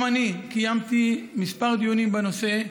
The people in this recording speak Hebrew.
גם אני קיימתי כמה דיונים בנושא,